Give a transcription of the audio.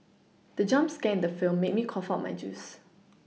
the jump scare in the film made me cough out my juice